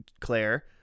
claire